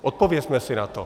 Odpovězme si na to.